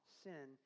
sin